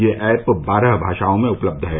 यह ऐप बारह भाषाओं में उपलब्य है